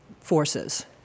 forces